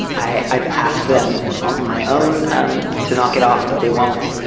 um i've asked them on my own um to knock it off, but they won't.